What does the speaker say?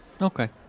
Okay